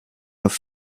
have